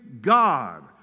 God